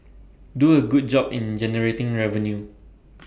do A good job in generating revenue